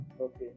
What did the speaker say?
Okay